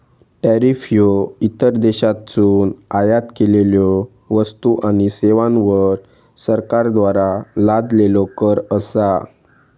tariff ह्यो इतर देशांतसून आयात केलेल्यो वस्तू आणि सेवांवर सरकारद्वारा लादलेलो कर असा